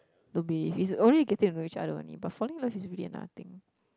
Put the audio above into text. don't be if it's only getting to know each other only but falling in love is really another thing